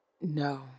No